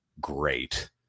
Great